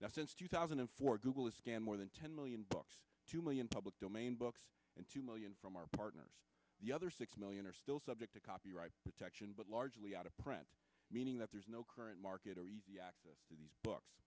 that since two thousand and four google is scanned more than ten million books two million public domain books and two million from our partners the other six million are still subject to copyright protection but largely out of print meaning that there's no current market access to these books